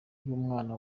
y’umwuka